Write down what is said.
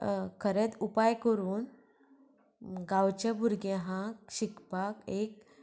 खरेंत उपाय करून गांवच्या भुरग्यांक शिकपाक एक